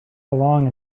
along